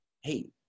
hey